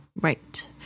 Right